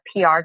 PR